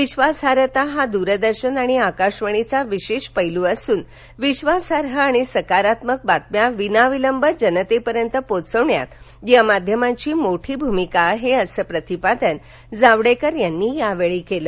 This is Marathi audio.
विश्वासार्हता हा दूरदर्शन आणि आकाशवाणीचा विशेष पैलू असून विश्वासाई आणि सकारात्मक बातम्या विनाविलंब जनतेपर्यंत पोचवण्यात या माध्यमांची मोठी भूमिका आहे असं प्रतिपादन जावडेकर यांनी यावेळी केलं